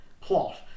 plot